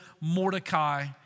Mordecai